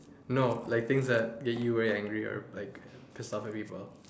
no like things that get you very angry or like people